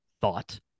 thought